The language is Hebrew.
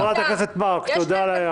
חברת הכנסת מארק, תודה על ההערה.